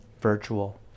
virtual